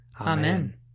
Amen